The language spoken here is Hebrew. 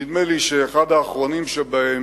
נדמה לי שאחד האחרונים שבהם,